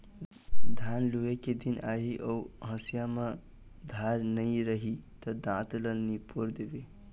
धान लूए के दिन आही अउ हँसिया म धार नइ रही त दाँत ल निपोर देबे